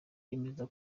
yemeza